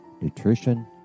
nutrition